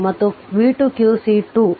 ಆದ್ದರಿಂದ ಇದು 150 ವೋಲ್ಟ್ ಮತ್ತು v2 qC2